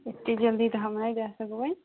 एते जल्दी तऽ हम नहि जा सकबै